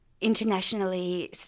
internationally